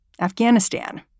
Afghanistan